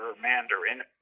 Mandarin